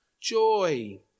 joy